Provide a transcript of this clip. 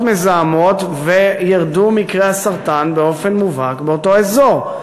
מזהמות וירדו מקרי הסרטן באופן מובהק באותו אזור,